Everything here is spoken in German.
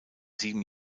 sieben